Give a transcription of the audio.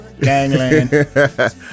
Gangland